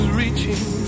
reaching